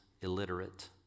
illiterate